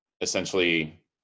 essentially